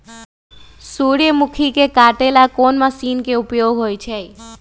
सूर्यमुखी के काटे ला कोंन मशीन के उपयोग होई छइ?